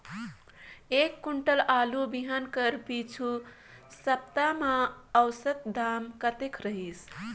एक कुंटल आलू बिहान कर पिछू सप्ता म औसत दाम कतेक रहिस?